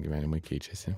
gyvenimai keičiasi